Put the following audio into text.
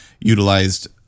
utilized